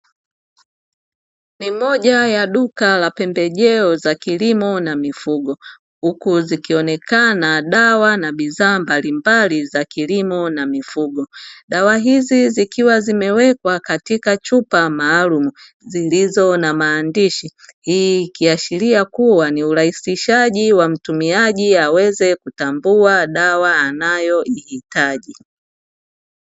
Ni moja ya duka la pembejeo za kilimo na mifugo, huku zikionekana dawa na bidhaa mbalimbali za kilimo na mifugo. Dawa hizi zikiwa zimewekwa katika chupa maalumu zilizo na maandishi; hii ikiashiria kuwa ni urahisishaji wa mtumiaji aweze kutambua dawa anayoihitaji.